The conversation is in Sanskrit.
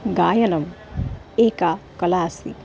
गायनम् एका कला अस्ति